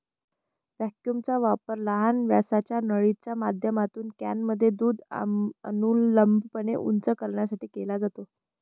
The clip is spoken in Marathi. व्हॅक्यूमचा वापर लहान व्यासाच्या नळीच्या माध्यमातून कॅनमध्ये दूध अनुलंबपणे उंच करण्यासाठी केला जातो